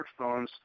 smartphones